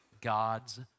God's